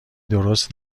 درست